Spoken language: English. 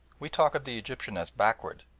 we talk of the egyptian as backward,